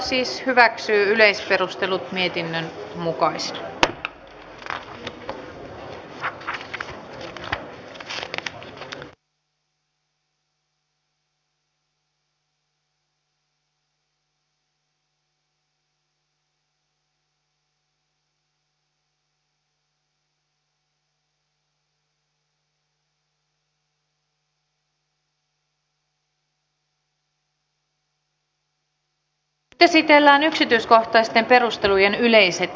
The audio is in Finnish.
kotouttamiskoulutukseen on osoitettava riittävästi resursseja ja kotouttamisen tulee olla kaikkien maahanmuuttajien saatavilla